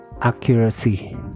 accuracy